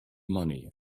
money